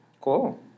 cool